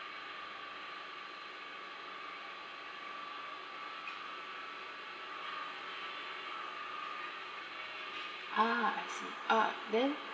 ah I see uh then